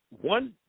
one